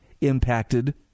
impacted